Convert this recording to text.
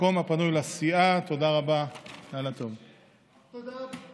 במקום חברת הכנסת שירלי פינטו קדוש יכהן חבר הכנסת יום טוב חי כלפון.